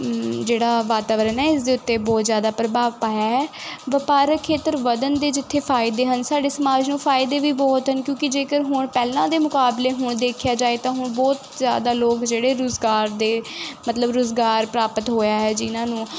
ਜਿਹੜਾ ਵਾਤਾਵਰਨ ਹੈ ਇਸ ਦੇ ਉੱਤੇ ਬਹੁਤ ਜ਼ਿਆਦਾ ਪ੍ਰਭਾਵ ਪਾਇਆ ਹੈ ਵਪਾਰਕ ਖੇਤਰ ਵਧਣ ਦੇ ਜਿੱਥੇ ਫਾਇਦੇ ਹਨ ਸਾਡੇ ਸਮਾਜ ਨੂੰ ਫਾਇਦੇ ਵੀ ਬਹੁਤ ਹਨ ਕਿਉਂਕਿ ਜੇਕਰ ਹੁਣ ਪਹਿਲਾਂ ਦੇ ਮੁਕਾਬਲੇ ਹੁਣ ਦੇਖਿਆ ਜਾਏ ਤਾਂ ਹੁਣ ਬਹੁਤ ਜ਼ਿਆਦਾ ਲੋਕ ਜਿਹੜੇ ਰੁਜ਼ਗਾਰ ਦੇ ਮਤਲਬ ਰੁਜ਼ਗਾਰ ਪ੍ਰਾਪਤ ਹੋਇਆ ਹੈ ਜਿਨ੍ਹਾਂ ਨੂੰ